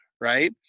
right